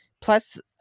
plus